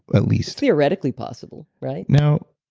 at least theoretically possible, right? now,